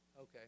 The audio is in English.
Okay